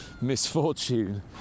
misfortune